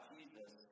Jesus